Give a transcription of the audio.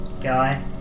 guy